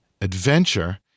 Adventure